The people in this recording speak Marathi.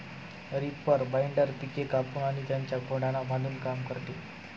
रीपर बाइंडर पिके कापून आणि त्यांच्या खोडांना बांधून काम करते